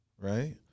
right